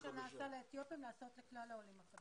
מה שנעשָה לאתיופים לעשות לכלל העולים החדשים.